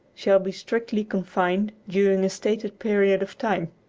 shall be strictly confined during a stated period of time.